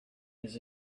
his